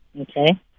okay